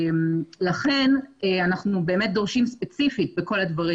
לכן אנחנו באמת דורשים ספציפית בכל הדברים